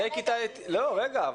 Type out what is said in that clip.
רגע,